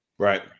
right